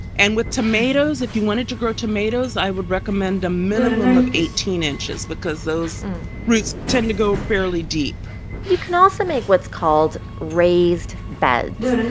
and with tomatoes if you wanted to grow tomatoes, i would recommend a minimum of eighteen inches because those roots tend to go fairly deep you can also make what's called raised beds.